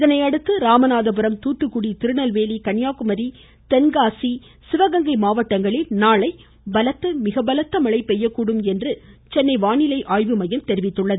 இதனையடுத்து ராமநாதபுரம் தாத்துக்குடி திருநெல்வேலி கன்னியாகுமரி தென்காசி சிவகங்கை மாவட்டங்களில் நாளை பலத்த மிக பலத்த மழை பெய்யக்கூடும் என்று சென்னை வானிலை ஆய்வு மையம் தெரிவித்துள்ளது